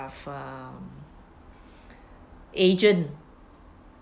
have a agent